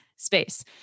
Space